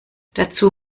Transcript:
dazu